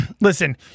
Listen